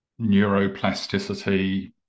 neuroplasticity